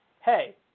hey